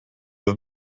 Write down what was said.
have